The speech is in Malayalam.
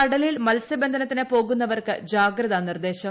കടലിൽ മൽസ്യബന്ധനത്തിന് പോകുന്നവർക്ക് ജാഗ്രതാനിർദ്ദേശം